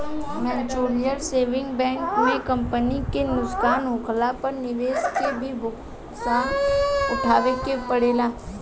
mutual saving bank में company के नुकसान होखला पर निवेशक के भी नुकसान उठावे के पड़ेला